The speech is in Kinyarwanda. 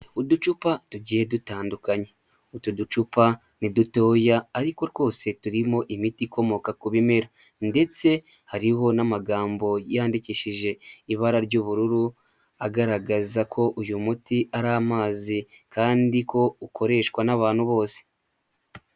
Uducupa tugiye dutandukanye. utu ducupa ni dutoya, ariko twose turimo imiti ikomoka ku bimera. Ndetse hariho n'amagambo yandikishije ibara ry'ubururu, agaragaza ko uyu muti ari amazi kandi ko ukoreshwa n'abantu bose.